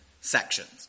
sections